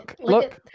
look